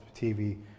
TV